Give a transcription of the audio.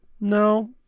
no